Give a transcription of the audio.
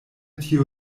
tiu